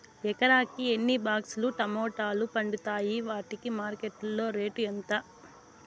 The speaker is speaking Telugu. ఎకరాకి ఎన్ని బాక్స్ లు టమోటాలు పండుతాయి వాటికి మార్కెట్లో రేటు ఎంత?